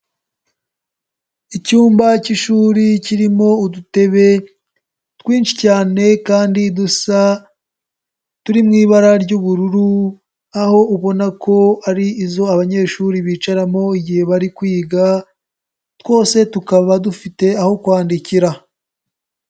Icyumba k'ishuri kirimo udutebe twinshi cyane kandi dusa turi mu ibara ry'ubururu, aho ubona ko ari izo abanyeshuri bicaramo igihe bari kwiga twose tukaba dufite aho kwandikira.